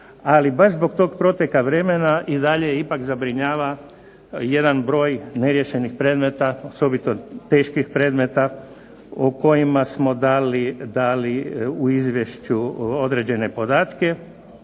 Ali baš zbog tog proteka vremena i dalje ipak zabrinjava jedan broj neriješenih predmeta, osobito teških predmeta o kojima smo dali u izvješću određene podatke,